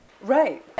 Right